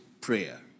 prayer